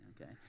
Okay